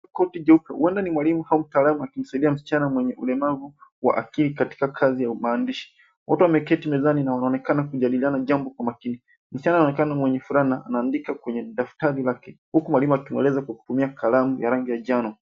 Koti jeupe, huenda ni malimu au taalamu akimisidia msichana mwenye ulemavu wa akili katika kazi ya umandishi. Watu wameketi mezani na wanaonekana kunjadiliana jambo kwa makini. Misichana anaonekana mwenye furaha na anandika kwenye daftari lake, huku malimu akimueleza kwa kutumia kalamu ya rangi ya njano.